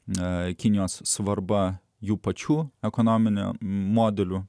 ne kinijos svarba jų pačių ekonominio modelio